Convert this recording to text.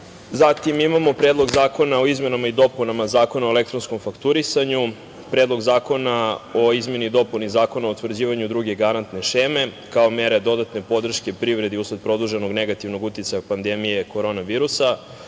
Zatim, imamo Predlog zakona o izmenama i dopunama Zakona o elektronskom fakturisanju, Predlog zakona o izmeni i dopuni Zakona o utvrđivanju druge garantne šeme kao mere dodatne podrške privredi usled produženog negativnog uticaja pandemije korona virusa,